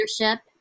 leadership